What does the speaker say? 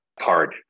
card